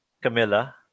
Camilla